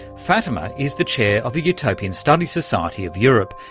fatima is the chair of the utopian studies society of europe,